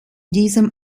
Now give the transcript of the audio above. diesem